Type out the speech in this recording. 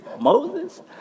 Moses